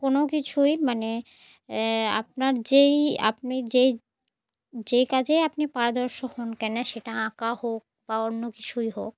কোনো কিছুই মানে আপনার যেই আপনি যেই যেই কাজেই আপনি পারদর্শী হন কেন সেটা আঁকা হোক বা অন্য কিছুই হোক